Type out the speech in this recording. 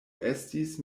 estis